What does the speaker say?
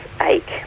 ache